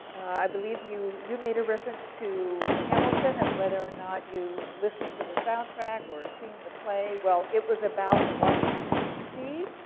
i believe you you made a reference to hamilton and whether or not you listened to the soundtrack or seen the play. well, it was about washington dc,